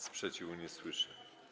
Sprzeciwu nie słyszę.